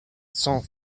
cent